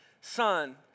son